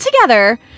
together